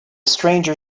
stranger